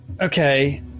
Okay